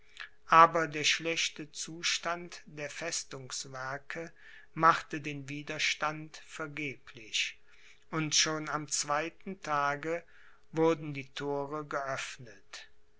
aber der schlechte zustand der festungswerke machte den widerstand vergeblich und schon am zweiten tage wurden die thore geöffnet